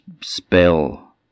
spell